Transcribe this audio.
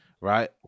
right